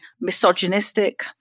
misogynistic